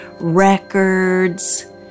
records